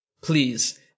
Please